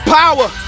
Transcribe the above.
power